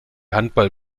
handball